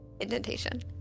indentation